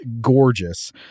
gorgeous